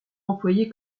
employé